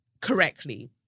correctly